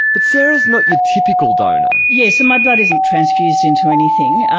but sarah is not your typical donor. yes, so my blood isn't transfused into anything,